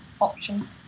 option